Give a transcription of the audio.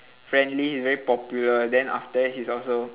friendly he's very popular then after that he's also